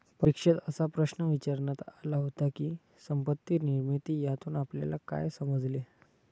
परीक्षेत असा प्रश्न विचारण्यात आला होता की, संपत्ती निर्मिती यातून आपल्याला काय समजले?